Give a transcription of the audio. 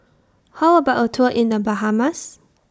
How about A Tour in The Bahamas